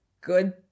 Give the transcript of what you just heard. good